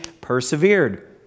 persevered